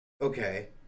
Okay